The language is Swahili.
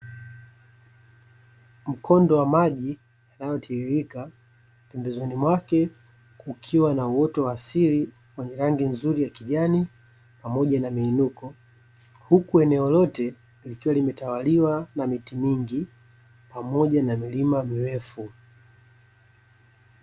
Mkondo wa maji yanayotiririka, pembezoni mwake kukiwa na uoto wa asili wenye rangi nzuri ya kijani pamoja na miinuko, huku eneo lote likiwa limetawaliwa na miti mingi pamoja na milima mirefu.